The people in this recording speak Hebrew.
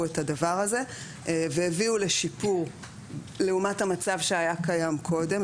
את הדבר הזה והביאו לשיפור לעומת המצב שהיה קיים קודם,